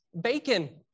bacon